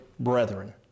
Brethren